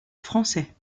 français